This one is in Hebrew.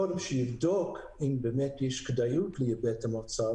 כדי שיבדוק אם יש כדאיות לייבא את המוצר.